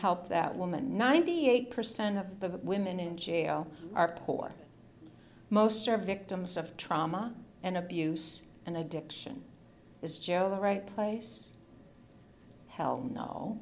help that woman ninety eight percent of the women in jail are poor most are victims of trauma and abuse and addiction is joe the right place hell no